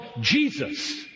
Jesus